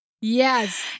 Yes